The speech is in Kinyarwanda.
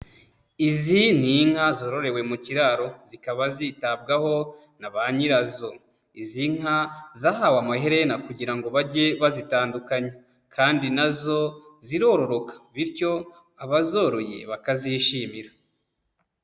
Izi ni inka zororewe mu kiraro zikaba zitabwaho na ba nyirazo. Izi nka zahawe amaherena kugira ngo bajye bazitandukanya, kandi na zo zirororoka bityo abazoroye bakazishimira.